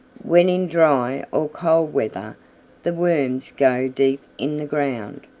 when in dry or cold weather the worms go deep in the ground,